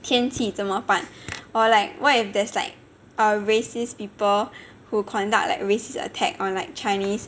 天气怎么办 or like what if there's like err racist people who conduct like racist attack on like chinese